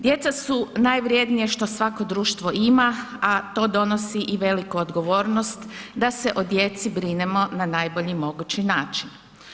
Djeca su najvrjednije što svako društvo ima a to donosi i veliku odgovornost da se o djeci brinemo na najbolji mogući način.